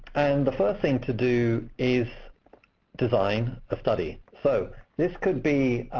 and the first thing to do is design a study. so this could be